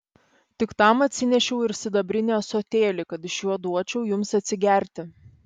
tik tam atsinešiau ir sidabrinį ąsotėlį kad iš jo duočiau jums atsigerti